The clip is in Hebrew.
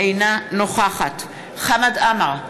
אינה נוכחת חמד עמאר,